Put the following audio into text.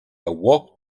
awoke